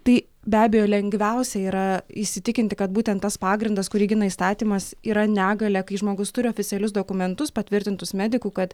tai be abejo lengviausia yra įsitikinti kad būtent tas pagrindas kurį gina įstatymas yra negalia kai žmogus turi oficialius dokumentus patvirtintus medikų kad